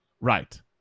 Right